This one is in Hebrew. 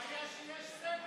הבעיה היא שיש סגר.